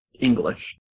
English